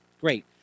Great